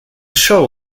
show